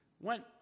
went